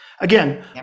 Again